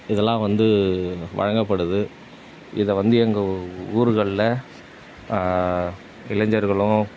இதெல்லாம் வந்து வழங்கப்படுது இதை வந்து எங்கள் ஊருகளில் இளைஞர்களும்